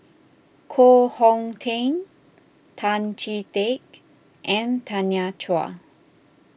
Koh Hong Teng Tan Chee Teck and Tanya Chua